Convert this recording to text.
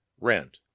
rent